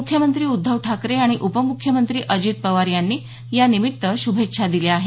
मुख्यमंत्री उद्धव ठाकरे आणि उपमुख्यमंत्री अजित पवार यांनी यानिमित्त श्भेच्छा दिल्या आहेत